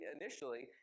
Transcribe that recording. initially